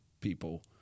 people